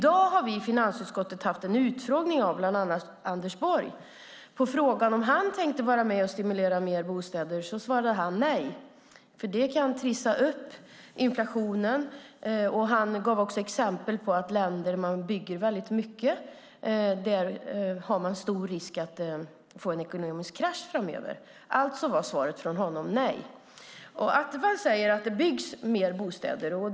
I dag har vi i finansutskottet haft en utfrågning med bland annat Anders Borg. På frågan om han tänker vara med och stimulera fram fler bostäder svarade han: Nej, för det kan trissa upp inflationen. Anders Borg gav också exempel på att risken för en ekonomisk krasch framöver är stor i länder där det byggs väldigt mycket. Alltså var svaret från Borg ett nej. Attefall säger att fler bostäder nu byggs.